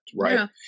right